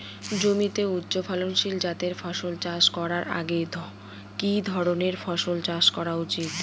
জমিতে উচ্চফলনশীল জাতের ফসল চাষ করার আগে কি ধরণের ফসল চাষ করা উচিৎ?